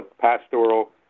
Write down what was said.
pastoral